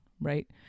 right